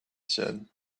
said